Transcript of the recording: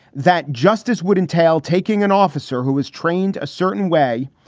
that justice would entail taking an officer who is trained a certain way,